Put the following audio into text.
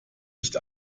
nicht